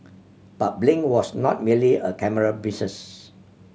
but Blink was not merely a camera business